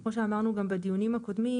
כמו שאמרנו גם בדיונים הקודמים,